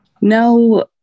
No